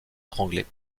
étranglée